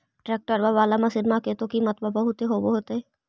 ट्रैक्टरबा बाला मसिन्मा के तो किमत्बा बहुते होब होतै?